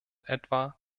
etwa